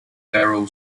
darrow